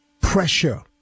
Pressure